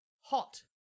hot